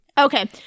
Okay